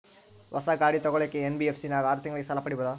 ಹೊಸ ಗಾಡಿ ತೋಗೊಳಕ್ಕೆ ಎನ್.ಬಿ.ಎಫ್.ಸಿ ನಾಗ ಆರು ತಿಂಗಳಿಗೆ ಸಾಲ ಪಡೇಬೋದ?